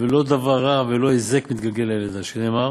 ולא דבר רע ולא הזק מתגלגל על-ידה, שנאמר